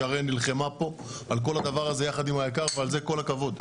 שרן נלחמה פה על כל הדבר הזה יחד עם --- ועל זה כל הכבוד.